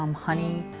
um honey,